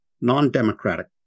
non-democratic